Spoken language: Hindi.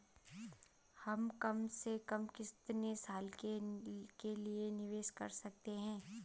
हम कम से कम कितने साल के लिए निवेश कर सकते हैं?